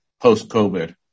post-COVID